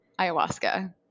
ayahuasca